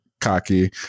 cocky